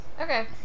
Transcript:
Okay